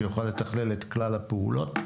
שיוכל לתכלל את כלל הפעולות.